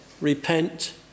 repent